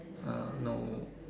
uh no